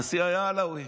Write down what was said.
הנשיא היה עלווי.